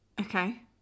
Okay